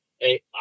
Hey